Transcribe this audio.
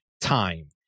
time